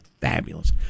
fabulous